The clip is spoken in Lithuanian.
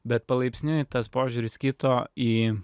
bet palaipsniui tas požiūris kito į